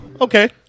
okay